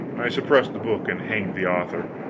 i suppressed the book and hanged the author.